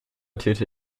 täte